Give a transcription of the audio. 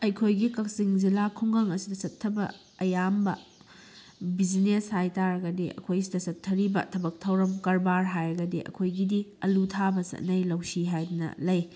ꯑꯩꯈꯣꯏꯒꯤ ꯀꯛꯆꯤꯡ ꯖꯤꯜꯂꯥ ꯈꯨꯡꯒꯪ ꯑꯁꯤꯗ ꯆꯠꯊꯕ ꯑꯌꯥꯝꯕ ꯕꯤꯖꯤꯅꯦꯁ ꯍꯥꯏꯇꯥꯔꯒꯗꯤ ꯑꯩꯈꯣꯏ ꯁꯤꯗ ꯆꯠꯊꯔꯤꯕ ꯊꯕꯛ ꯊꯧꯔꯝ ꯀꯔꯕꯥꯔ ꯍꯥꯏꯔꯒꯗꯤ ꯑꯩꯈꯣꯏꯒꯤꯗꯤ ꯑꯂꯨ ꯊꯥꯕ ꯆꯠꯅꯩ ꯂꯧꯁꯤ ꯍꯥꯏꯗꯅ ꯂꯩ